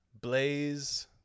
blaze